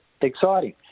exciting